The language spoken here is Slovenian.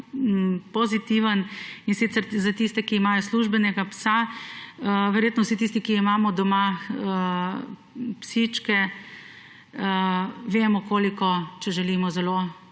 pozitiven, in sicer za tiste, ki imajo službenega psa. Verjetno vsi tisti, ki imamo doma psičke, vemo, če želimo zelo